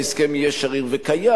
ההסכם יהיה שריר וקיים,